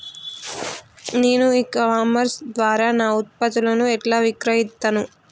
నేను e commerce ద్వారా నా ఉత్పత్తులను ఎట్లా విక్రయిత్తను?